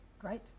Great